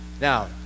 Now